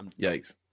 Yikes